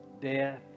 death